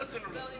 מה זה "לא נכון"?